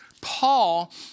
Paul